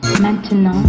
maintenant